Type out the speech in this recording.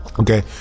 Okay